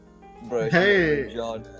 Hey